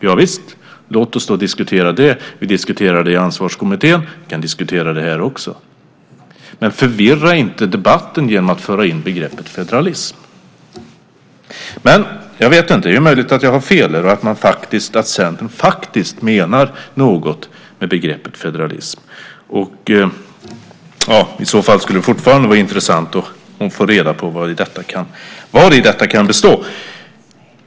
Javisst, låt oss då diskutera det! Vi diskuterar det i Ansvarskommittén, och vi kan diskutera det här också. Men förvirra inte debatten genom att föra in begreppet federalism! Men jag vet inte; det är möjligt att jag har fel och att Centern faktiskt menar något med begreppet federalism. I så fall skulle det fortfarande vara intressant att få reda på vari detta kan bestå.